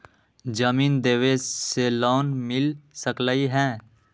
जमीन देवे से लोन मिल सकलइ ह?